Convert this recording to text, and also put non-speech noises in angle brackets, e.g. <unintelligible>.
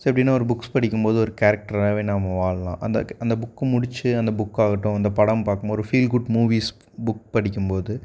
<unintelligible> எப்படின்னா ஒரு புக்ஸ் படிக்கும்போது ஒரு கேரக்டராகவே நாம வாழலாம் அந்த அந்த புக்கு முடிச்சு அந்த புக் ஆகட்டும் அந்த படம் பார்க்கும் ஒரு ஃபீல் குட் மூவிஸ் புக் படிக்கும்போது